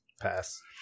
Pass